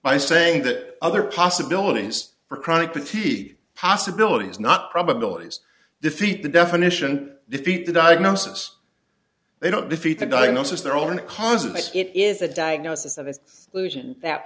by saying that other possibilities for chronic fatigue possibilities not probabilities defeat the definition defeat the diagnosis they don't defeat the diagnosis their own cause of it is a diagnosis of it's that